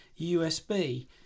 USB